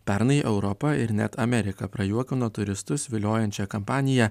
pernai europą ir net ameriką prajuokino turistus viliojančia kampanija